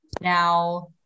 now